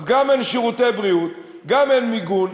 אז גם אין שירותי בריאות, גם אין מיגון,